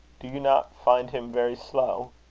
do you not find him very slow?